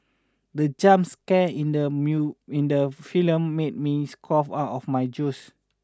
the jump scare in the in the film made me cough out my juice